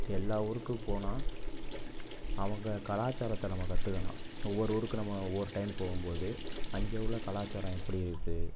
எல்லா ஊருக்கு போனால் அவங்க கலாச்சாரத்தை நம்ம கற்றுக்கலாம் ஒவ்வொரு ஊருக்கு நம்ம ஒவ்வொரு டைம் போகும் போது அங்கே உள்ள கலாச்சாரம் எப்படி இருக்குது